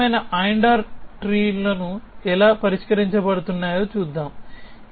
ఈ రకమైన and or చెట్లు ఎలా పరిష్కరించబడుతున్నాయో చూద్దాం